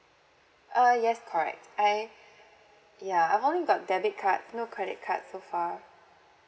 uh yes correct I ya I've only got debit card no credit card so far